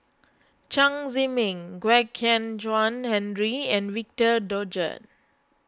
Chen Zhiming Kwek Hian Chuan Henry and Victor Doggett